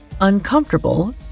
Uncomfortable